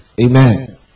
Amen